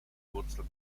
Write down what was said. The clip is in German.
wurzel